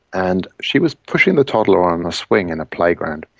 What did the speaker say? and she was pushing the toddler on a swing in a playground,